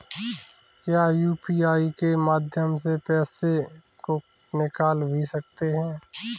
क्या यू.पी.आई के माध्यम से पैसे को निकाल भी सकते हैं?